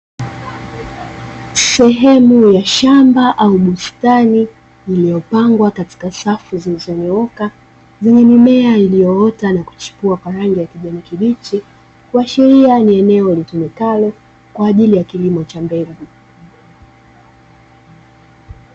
Sehemu ya shamba au bustani lililopangwa kwa safu zilizonyooka zenye mimea iliyoota na kuchepua kwa rangi ya kijani kibichi. Kuashiria ni eneo litumikalo kwa ajili kilimo cha mbegu.